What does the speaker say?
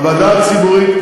הוועדה הציבורית,